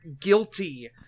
guilty